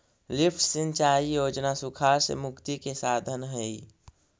lift सिंचाई योजना सुखाड़ से मुक्ति के साधन हई